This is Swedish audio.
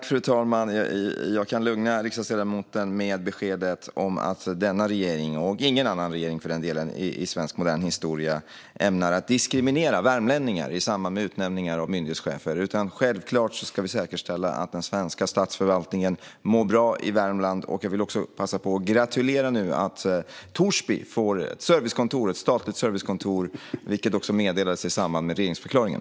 Fru talman! Jag kan lugna riksdagsledamoten med beskedet att denna regering lika lite som någon annan regering i modern svensk historia ämnar diskriminera värmlänningar i samband med utnämning av myndighetschefer. Självklart ska vi säkerställa att den svenska statsförvaltningen mår bra i Värmland. Jag vill också passa på att gratulera till att Torsby nu får ett statligt servicekontor, vilket också meddelades i samband med regeringsförklaringen.